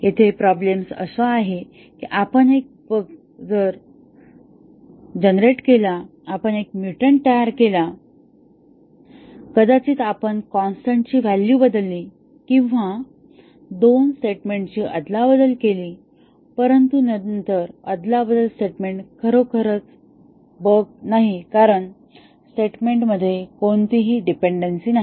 येथे प्रॉब्लेम्स अशी आहे की आपण एक बगजनरेट केला आपण एक म्युटंट तयार केला कदाचित आपण कॉन्स्टन्ट ची व्हॅलू बदलली किंवा दोन स्टेटमेंटची अदलाबदल केली परंतु नंतर अदलाबदल स्टेटमेंट खरोखरच बग नाही कारण स्टेटमेंटमध्ये कोणतीही डिपेंडन्सी नाही